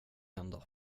hända